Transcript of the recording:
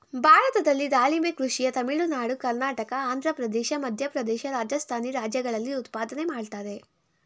ಭಾರತದಲ್ಲಿ ದಾಳಿಂಬೆ ಕೃಷಿಯ ತಮಿಳುನಾಡು ಕರ್ನಾಟಕ ಆಂಧ್ರಪ್ರದೇಶ ಮಧ್ಯಪ್ರದೇಶ ರಾಜಸ್ಥಾನಿ ರಾಜ್ಯಗಳಲ್ಲಿ ಉತ್ಪಾದನೆ ಮಾಡ್ತರೆ